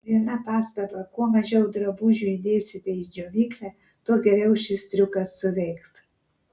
viena pastaba kuo mažiau drabužių įdėsite į džiovyklę tuo geriau šis triukas suveiks